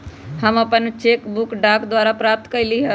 हम अपन cheque book डाक द्वारा प्राप्त कईली ह